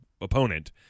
opponent